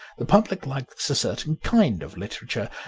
the public likes a certain kind of literature,